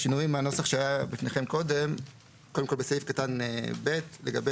השינוי מהנוסח שהיה בפניכם קודם הוא בסעיף קטן (ב) לגבי